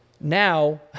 now